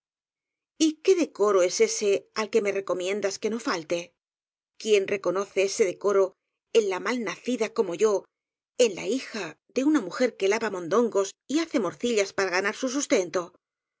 prosiguió y qué decoro es ese al que me recomiendas que no falte quién reconoce ese decoro en la mal nacida como yo en la hija de una mujer que lava mondongos y hace morcillas para ganar su